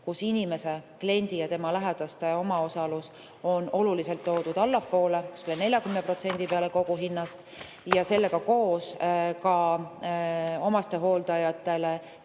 kus inimese, kliendi ja tema lähedaste omaosalus on oluliselt toodud allapoole – kuskile 40% peale kogu hinnast – ja sellega koos ka omastehooldajatele